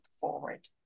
forward